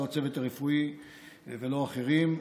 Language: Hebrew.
לא את הצוות הרפואי ולא אחרים,